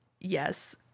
Yes